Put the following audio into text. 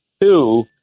two